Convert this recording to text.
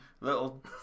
little